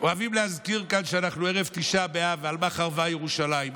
אוהבים להזכיר כאן שאנחנו ערב תשעה באב ועל מה חרבה ירושלים.